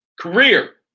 Career